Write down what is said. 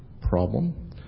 problem